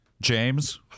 James